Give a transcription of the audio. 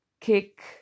kick